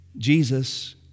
Jesus